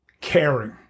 caring